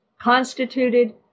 constituted